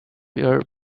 your